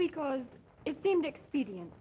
because it seemed expedient